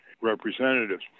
representatives